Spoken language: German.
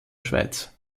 schweiz